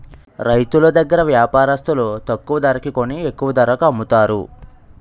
రైతులు దగ్గర వ్యాపారస్తులు తక్కువ ధరకి కొని ఎక్కువ ధరకు అమ్ముతారు